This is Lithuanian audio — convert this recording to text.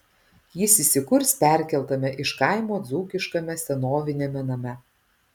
jis įsikurs perkeltame iš kaimo dzūkiškame senoviniame name